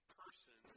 person